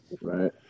Right